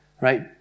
right